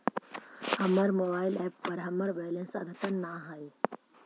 हमर mobile app पर हमर बैलेंस अद्यतन ना हई